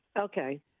Okay